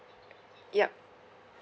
yup